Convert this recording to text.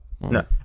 No